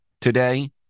today